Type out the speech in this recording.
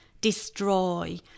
destroy